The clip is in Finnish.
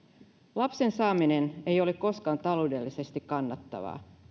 lapsen saaminen ei ole koskaan taloudellisesti kannattavaa